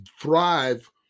thrive